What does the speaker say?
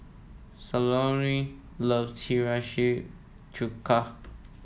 Salome loves Hiyashi Chuka